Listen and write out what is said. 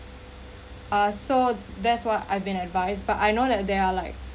ah so that's what I've been advised but I know that they are like